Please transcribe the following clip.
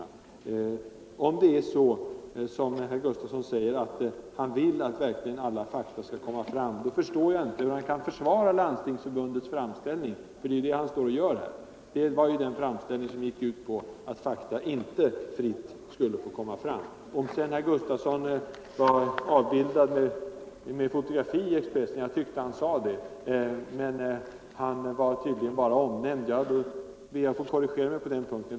Ifall det är så som herr Gustavsson säger, att han vill att alla fakta verkligen skall komma fram, förstår jag inte hur han kan försvara Landstingsförbundets framställning, för det är ju detta han gör här. Den framställningen gick ut på att fakta inte fritt skulle få komma fram. Sedan tyckte jag att herr Gustavsson tidigare sade att han var avbildad med fotografi i Expressen, men han var tydligen bara omnämnd. Då ber jag att få korrigera mig på den punkten.